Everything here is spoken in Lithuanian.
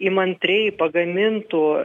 įmantriai pagamintų